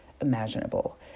imaginable